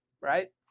Right